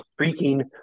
freaking